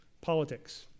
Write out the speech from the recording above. politics